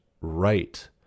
right